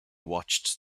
watched